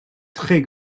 très